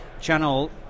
channel